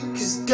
Cause